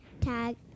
tag